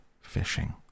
fishing